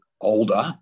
older